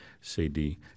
CD